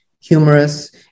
humorous